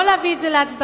לא להביא את זה להצבעה,